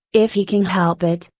if he can help it,